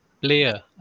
player